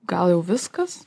gal jau viskas